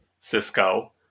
Cisco